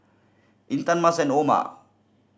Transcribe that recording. Intan Mas and Omar